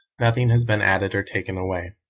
nothing has been added or taken away.